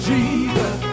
Jesus